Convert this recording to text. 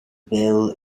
bill